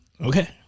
okay